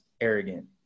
arrogant